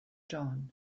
dawn